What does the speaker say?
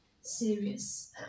serious